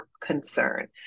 concern